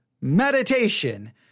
meditation